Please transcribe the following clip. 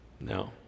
no